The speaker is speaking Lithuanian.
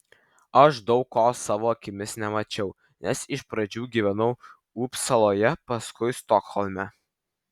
aš daug ko savo akimis nemačiau nes iš pradžių gyvenau upsaloje paskui stokholme